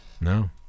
No